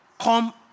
come